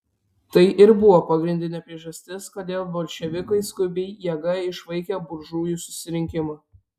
tai ir buvo pagrindinė priežastis kodėl bolševikai skubiai jėga išvaikė buržujų susirinkimą